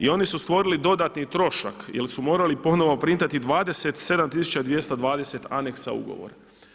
I oni su stvorili dodatni trošak jer su morali ponovo printati 27220 aneksa ugovora.